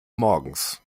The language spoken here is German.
morgens